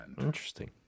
Interesting